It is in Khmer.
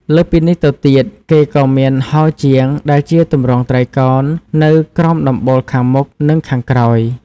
លើសពីនេះទៅទៀត គេក៏មានហោជាង ដែលជាទម្រង់ត្រីកោណនៅក្រោមដំបូលខាងមុខ និងខាងក្រោយ។